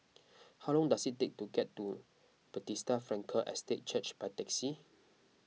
how long does it take to get to Bethesda Frankel Estate Church by taxi